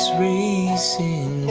we see